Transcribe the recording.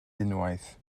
unwaith